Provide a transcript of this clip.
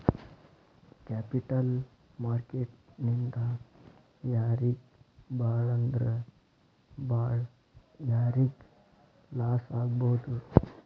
Capital market ನಿಂದಾ ಯಾರಿಗ್ ಭಾಳಂದ್ರ ಭಾಳ್ ಯಾರಿಗ್ ಲಾಸಾಗ್ಬೊದು?